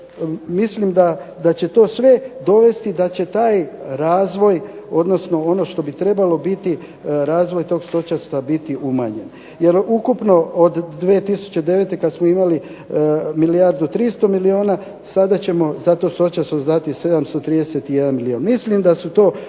Mislim da će to sve dovesti da će taj razvoj odnosno ono što bi trebalo biti razvoj tog stočarstva biti umanjen jer ukupno od 2009. kad smo imali milijardu 300 milijuna sada ćemo za to stočarstvo dati 731 milijuna. Mislim da su to